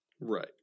Right